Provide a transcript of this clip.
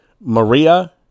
Maria